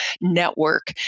network